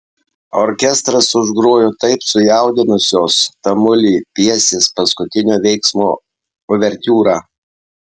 orkestras užgrojo taip sujaudinusios tamulį pjesės paskutinio veiksmo uvertiūrą